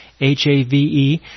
H-A-V-E